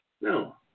No